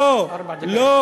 2.5 מיליארד שקל קצבאות ילדים.